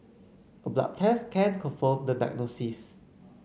a blood test can confirm the diagnosis